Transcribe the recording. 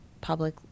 public